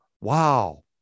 wow